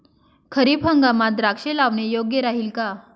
खरीप हंगामात द्राक्षे लावणे योग्य राहिल का?